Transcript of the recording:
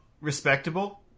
respectable